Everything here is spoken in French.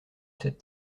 cette